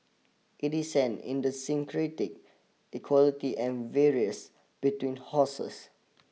it is an idiosyncratic equality and various between horses